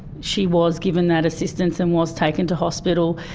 she was given that assistance and was taken to hospital,